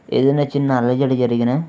ఏదైనా చిన్న అలజడి జరిగినా